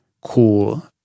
cool